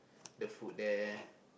the food there